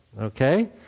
Okay